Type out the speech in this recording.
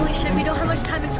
shit, we don't have much time until